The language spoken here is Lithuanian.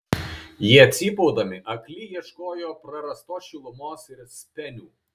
jie cypaudami akli ieškojo prarastos šilumos ir spenių